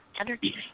energy